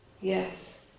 Yes